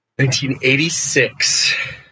1986